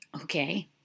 Okay